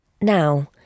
Now